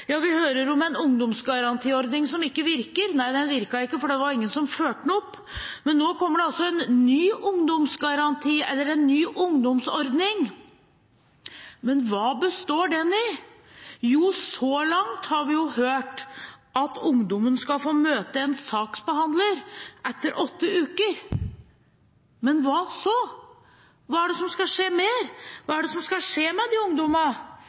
ikke virker. Nei, den virket ikke, for det var ingen som fulgte den opp. Nå kommer det en ny ungdomsgaranti, eller en ny ungdomsordning. Men hva består den i? Så langt har vi hørt at ungdommen skal få møte en saksbehandler etter åtte uker. Men hva så? Hva mer er det som skal skje? Hva skal skje med de ungdommene?